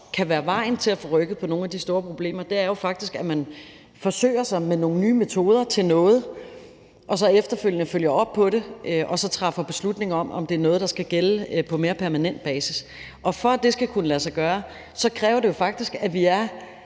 i forhold til at få rykket på nogle af de store problemer, er jo faktisk, at man forsøger sig med nogle nye metoder til noget og så efterfølgende følger op på det og så træffer beslutning om, om det er noget, der skal gælde på mere permanent basis. For at det skal kunne lade sig gøre, kræver det jo faktisk, at vi er